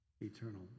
eternal